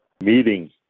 Meeting